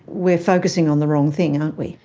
we're focusing on the wrong thing, aren't we?